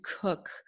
cook